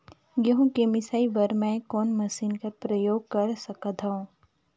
गहूं के मिसाई बर मै कोन मशीन कर प्रयोग कर सकधव?